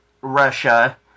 russia